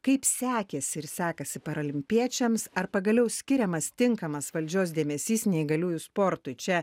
kaip sekėsi ir sekasi paralimpiečiams ar pagaliau skiriamas tinkamas valdžios dėmesys neįgaliųjų sportui čia